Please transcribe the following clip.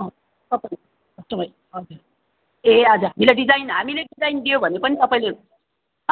अँ तपाईँ त्यस्तो भए हजुर ए हवस् हामीले डिजाइन हामीले डिजाइन दियो भने पनि तपाईँले